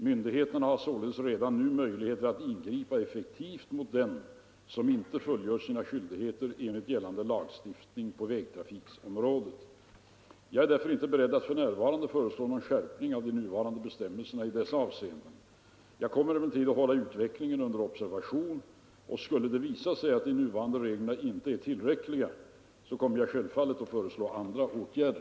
Myndigheterna har således redan nu möjligheter att ingripa effektivt mot den som inte fullgör sina skyldigheter enligt gällande lagstiftning på vägtrafikområdet. Jag är därför inte beredd att f. n. föreslå någon skärpning av de nuvarande bestämmelserna i dessa avseenden. Jag kommer emellertid att hålla utvecklingen under observation, och skulle det visa sig att de nuvarande reglerna inte är tillräckliga kommer jag självfallet att föreslå andra åtgärder.